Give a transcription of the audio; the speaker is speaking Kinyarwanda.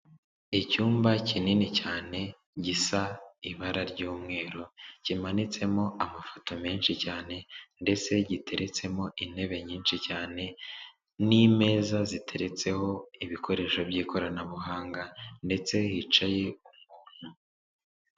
Icyumba kinini cyane gisa ibara ry'umweru, kimanitsemo amafoto menshi cyane, ndetse giteretsemo intebe nyinshi cyane, n'imeza ziteretseho ibikoresho by'ikoranabuhanga, ndetse hicaye umuntu.